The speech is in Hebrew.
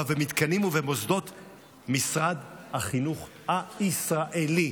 ואף במתקנים ובמוסדות משרד החינוך הישראלי.